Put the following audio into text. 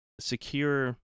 secure